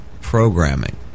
programming